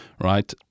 right